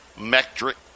metric